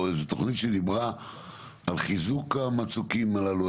איזו תוכנית שדיברה על חיזוק המצוקים הללו.